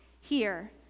Here